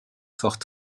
fort